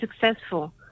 successful